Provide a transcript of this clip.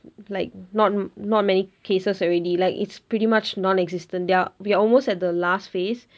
like not not many cases already like it's pretty much non-existent they are we are almost at the last phase